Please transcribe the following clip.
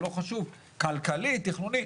כלכלי, תכנוני.